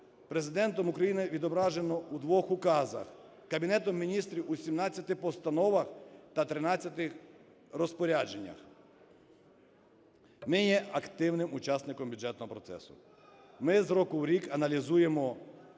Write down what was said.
Президентом України відображено у двох указах, Кабінетом Міністрів – у 17 постановах та 13 розпорядженнях. Ми є активним учасником бюджетного процесу. Ми з року у рік аналізуємо